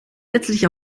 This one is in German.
letztlich